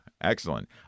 excellent